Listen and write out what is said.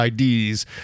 IDs